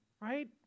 Right